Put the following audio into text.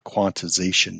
quantization